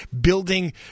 building